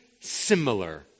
similar